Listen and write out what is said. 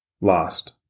Lost